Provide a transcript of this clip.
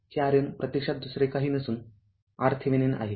हे RN प्रत्यक्षात दुसरे काही नसून RThevenin आहे